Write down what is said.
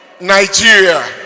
Nigeria